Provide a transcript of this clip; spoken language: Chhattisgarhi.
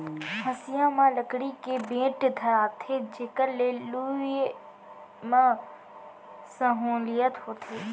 हँसिया म लकड़ी के बेंट धराथें जेकर ले लुए म सहोंलियत होथे